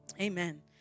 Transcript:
amen